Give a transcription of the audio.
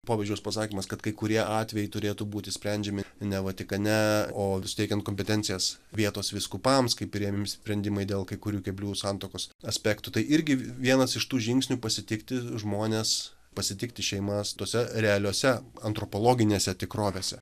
popiežiaus pasakymas kad kai kurie atvejai turėtų būti sprendžiami ne vatikane o suteikiant kompetencijas vietos vyskupams kai priimami sprendimai dėl kai kurių keblių santuokos aspektų tai irgi vienas iš tų žingsnių pasitikti žmones pasitikti šeimas tose realiose antropologinėse tikrovėse